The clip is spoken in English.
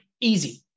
Easy